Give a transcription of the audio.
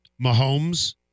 Mahomes